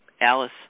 Alice